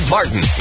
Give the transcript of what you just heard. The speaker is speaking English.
Martin